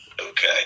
Okay